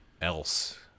else